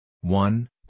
one